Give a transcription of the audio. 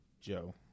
Joe